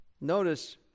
Notice